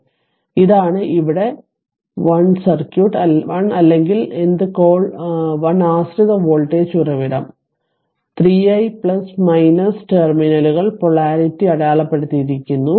അതിനാൽ ഇതാണ് ഇവിടെ 1 സർക്യൂട്ട് 1 അല്ലെങ്കിൽ എന്ത് കോൾ 1 ആശ്രിത വോൾട്ടേജ് ഉറവിടം 3 i ടെർമിനൽ പോളാരിറ്റി അടയാളപ്പെടുത്തിയിരിക്കുന്നു